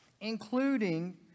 including